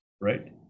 Right